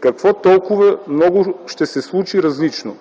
какво толкова ново ще се случи различно?